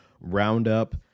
roundup